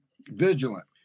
vigilant